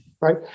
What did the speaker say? Right